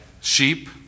sheep